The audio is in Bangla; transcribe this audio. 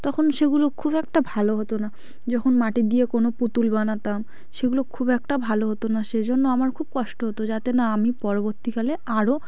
তখন সেগুলো খুব একটা ভালো হতো না যখন মাটি দিয়ে কোনো পুতুল বানাতাম সেগুলো খুব একটা ভালো হতো না সেজন্য আমার খুব কষ্ট হতো যাতে না আমি পরবর্তীকালে আরও